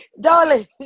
Darling